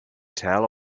tell